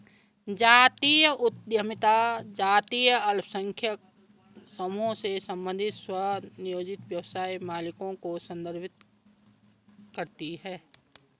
जातीय उद्यमिता जातीय अल्पसंख्यक समूहों से संबंधित स्वनियोजित व्यवसाय मालिकों को संदर्भित करती है